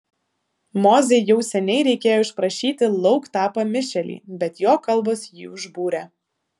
mozei jau seniai reikėjo išprašyti lauk tą pamišėlį bet jo kalbos jį užbūrė